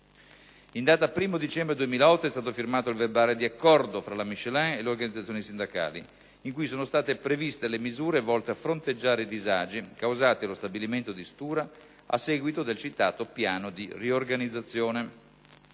In data 1° dicembre 2008 è stato firmato il verbale di accordo tra la Michelin e le organizzazioni sindacali, in cui sono state previste le misure volte a fronteggiare i disagi causati allo stabilimento di Stura a seguito del citato piano di riorganizzazione.